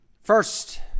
first